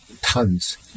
tons